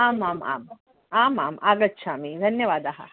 आमाम् आम् आमाम् आगच्छामि धन्यवादः